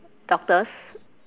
doctors